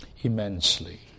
immensely